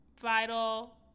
vital